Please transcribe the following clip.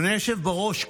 אדוני היושב בראש,